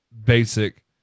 Basic